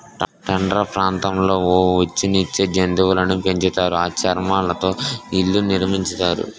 tundra ప్రాంతాల్లో బొఉచ్చు నిచ్చే జంతువులును పెంచుతారు ఆ చర్మాలతో ఇళ్లు నిర్మించుతారు